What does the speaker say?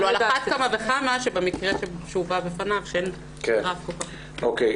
על אחת כמה וכמה שבמקרה שהובא בפניו שאין רף כל כך --- אוקיי.